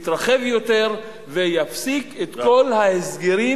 הוא יתרחב יותר ויפסיק את כל ההסגרים